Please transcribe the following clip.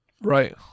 right